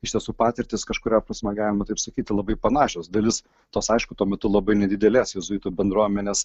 iš tiesų patirtys kažkuria prasme galima taip sakyti labai panašios dalis tos aišku tuo metu labai nedidelės jėzuitų bendruomenės